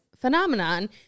phenomenon